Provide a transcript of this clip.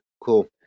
cool